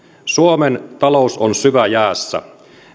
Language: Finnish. suomen talous on syväjäässä